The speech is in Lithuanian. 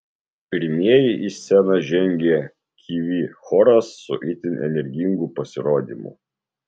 pirmieji į sceną žengė kivi choras su itin energingu pasirodymu